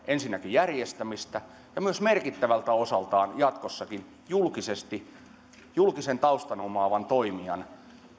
järjestämistä ja myös merkittävältä osaltaan jatkossakin julkisesti julkisen taustan omaavan toimijan